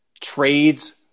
trades